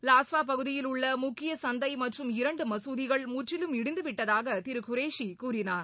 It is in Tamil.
லாஸ்வா பகுதியில் உள்ள முக்கிய சந்தை மற்றும் இரண்டு மசூதிகள் முற்றிலும் இடிந்து விட்டதாக திரு குரேஷி கூறினார்